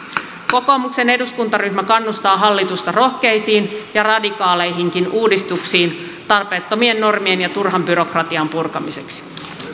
kokoomuksen eduskuntaryhmä kannustaa hallitusta rohkeisiin ja radikaaleihinkin uudistuksiin tarpeettomien normien ja turhan byrokratian purkamiseksi